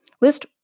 List